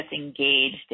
engaged